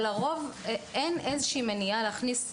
אבל לרוב אין איזושהי מניעה להכניס ציורים.